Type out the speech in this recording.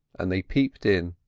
and they peeped in.